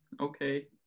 okay